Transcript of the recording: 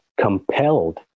compelled